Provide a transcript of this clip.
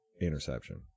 interception